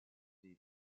des